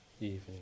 evening